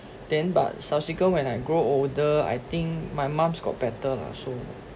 then but subsequent when I grow older I think my mum's got better lah so